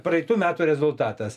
praeitų metų rezultatas